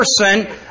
person